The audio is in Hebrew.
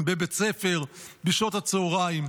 בבית הספר בשעות הצוהריים.